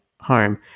home